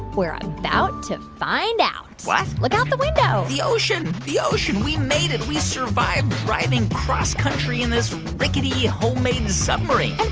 we're about to find out what? look out the window the ocean, the ocean we made it. we survived driving cross-country in this rickety homemade submarine